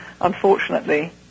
unfortunately